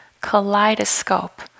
kaleidoscope